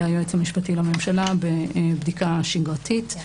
היועץ המשפטי לממשלה בבדיקה שגרתית.